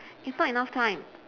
it's not enough time